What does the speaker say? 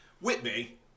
Whitby